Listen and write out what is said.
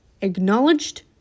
acknowledged